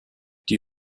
die